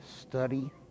study